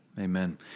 Amen